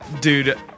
Dude